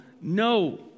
no